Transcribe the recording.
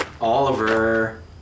Oliver